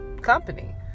company